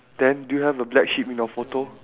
then do you have a black sheep in your photo